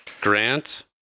Grant